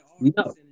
no